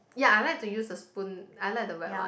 ya I like to use the spoon I like the wet one